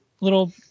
little